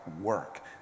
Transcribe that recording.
work